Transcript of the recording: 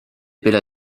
bella